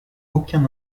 aucun